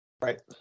Right